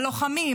הלוחמים,